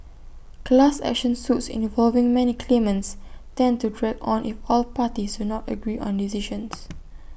class action suits involving many claimants tend to drag on if all parties do not agree on decisions